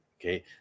Okay